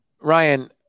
Ryan